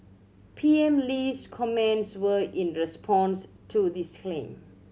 P M Lee's comments were in response to this claim